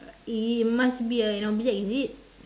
it must be a an object is it